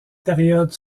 périodes